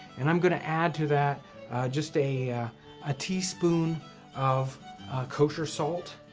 and i'm going to add to that just a yeah ah teaspoon of kosher salt,